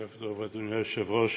ערב טוב, אדוני היושב-ראש,